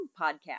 podcast